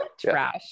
Trash